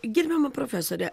gerbiama profesore